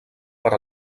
per